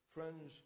Friends